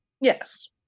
Yes